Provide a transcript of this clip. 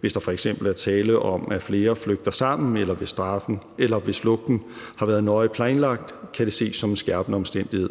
Hvis der f.eks. er tale om, at flere flygter sammen, eller hvis flugten har været nøje planlagt, kan det ses som en skærpende omstændighed.